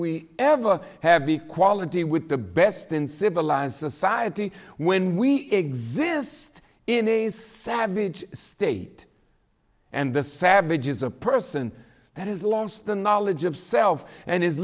we ever have equality with the best in civilised society when we exist in a savage state and the savages a person that has lost the knowledge of self and is